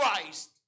Christ